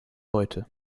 heute